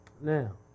Now